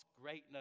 greatness